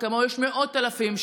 וכמוהו יש מאות אלפים,